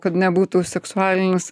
kad nebūtų seksualinis